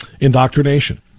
indoctrination